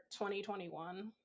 2021